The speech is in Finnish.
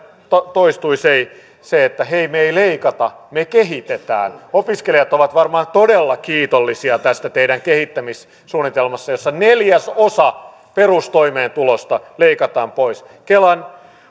toistui se että hei me ei leikata me kehitetään opiskelijat ovat varmaan todella kiitollisia tästä teidän kehittämissuunnitelmastanne jossa neljäsosa perustoimeentulosta leikataan pois kelan